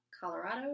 Colorado